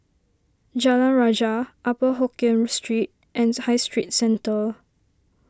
Jalan Rajah Upper Hokkien Street and High Street Centre